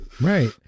right